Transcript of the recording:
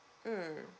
mm